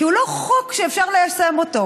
כי הוא לא חוק שאפשר ליישם אותו,